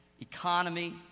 Economy